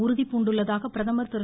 உறுதிபூண்டுள்ளதாக பிரதமர் திரு